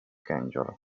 kędzior